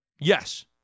Yes